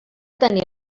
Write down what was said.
tenir